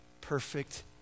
perfect